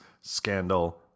scandal